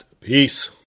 peace